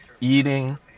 Eating